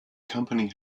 company